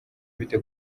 bite